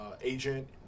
agent